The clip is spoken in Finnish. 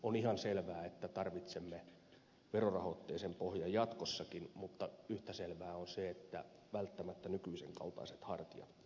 on ihan selvää että tarvitsemme verorahoitteisen pohjan jatkossakin mutta yhtä selvää on se että välttämättä nykyisen kaltaiset hartiat eivät riitä